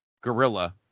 Gorilla